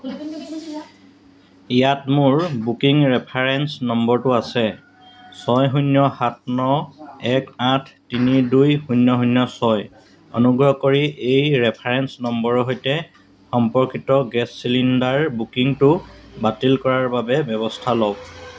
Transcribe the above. ইয়াত মোৰ booking reference নম্বৰটো আছে ছয় শূন্য সাত ন এক আঠ তিনি দুই শূন্য শূন্য ছয় অনুগ্ৰহ কৰি এই ৰেফাৰেঞ্চ নম্বৰৰ সৈতে সম্পৰ্কিত গেছ চিলিণ্ডাৰ বুকিংটো বাতিল কৰাৰ বাবে ব্যৱস্থা লওক